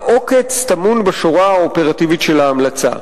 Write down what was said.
העוקץ טמון בשורה האופרטיבית של ההמלצה,